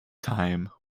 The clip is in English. time